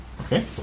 Okay